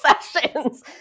sessions